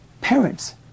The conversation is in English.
parents